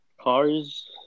Cars